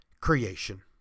creation